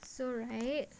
so right